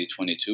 2022